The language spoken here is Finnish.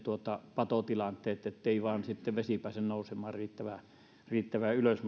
patotilanteet ettei vain sitten vesi pääse nousemaan riittävän riittävän ylös